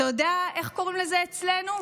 אתה יודע איך קוראים לזה אצלנו?